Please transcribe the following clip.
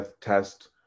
test